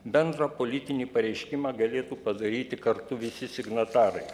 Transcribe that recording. bendrą politinį pareiškimą galėtų padaryti kartu visi signatarai